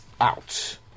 out